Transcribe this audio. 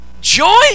Joy